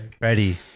Ready